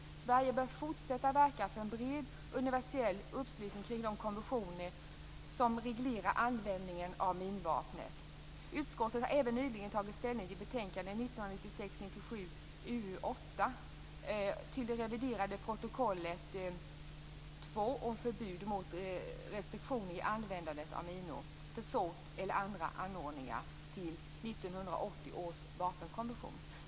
Sverige bör fortsätta att verka för en bred universell uppslutning kring de konventioner som reglerar användningen av minvapnet. Utskottet har även nyligen tagit ställning i betänkande 1996/97:UU8 till det reviderade protokollet II om förbud och restriktioner i användandet av minor, försåt eller andra anordningar till 1980 års vapenkonvention.